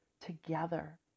Together